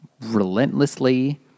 relentlessly